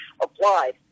applied